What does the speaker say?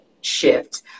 shift